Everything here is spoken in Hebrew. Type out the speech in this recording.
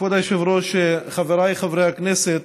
כבוד היושב-ראש, חבריי חברי הכנסת,